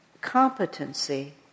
competency